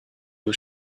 was